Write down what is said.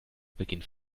beginnt